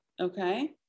okay